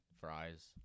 Fries